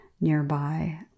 nearby